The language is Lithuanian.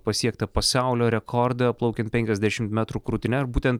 pasiektą pasaulio rekordą plaukiant penkiasdešiamt metrų krūtine ir būtent